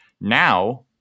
now